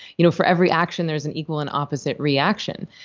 you know for every action, there's an equal and opposite reaction.